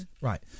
Right